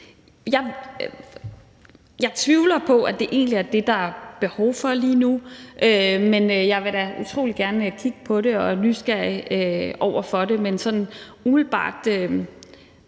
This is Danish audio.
Jeg tvivler på, at det egentlig er det, der er behov for lige nu, men jeg vil da utrolig gerne kigge på det og er nysgerrig over for det. Sådan umiddelbart